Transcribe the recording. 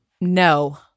no